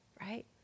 right